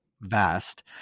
vast